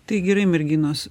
tai gerai merginos